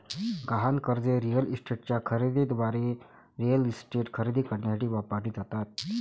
गहाण कर्जे रिअल इस्टेटच्या खरेदी दाराद्वारे रिअल इस्टेट खरेदी करण्यासाठी वापरली जातात